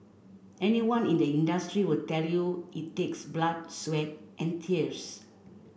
anyone in this industry will tell you it takes blood sweat and tears